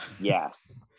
Yes